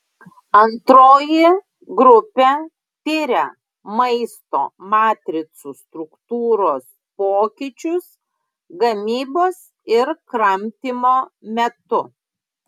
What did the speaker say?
antroji grupė tiria maisto matricų struktūros pokyčius gamybos ir kramtymo metu